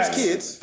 kids